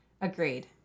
Agreed